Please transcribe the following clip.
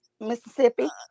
Mississippi